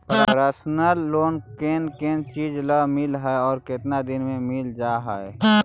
Personal loan कोन कोन चिज ल मिल है और केतना दिन में मिल जा है?